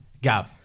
Gav